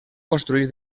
construir